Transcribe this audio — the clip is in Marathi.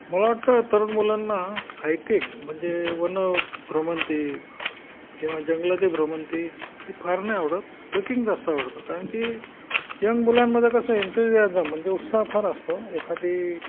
मला वाटतं तरुण मुलांना हायकिंग म्हणजे वन भ्रमंती किंवा जंगलातील भ्रमंती हे फार नाही आवडत ट्रेकिंग जास्त आवडतं कारण की यंग मुलांमध्ये कसं एंंतुझियाजम म्हणजे उत्साह फार असतो एखादी